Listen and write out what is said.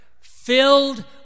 filled